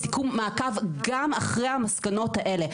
בסיכום מעקב גם אחרי המסקנות האלה,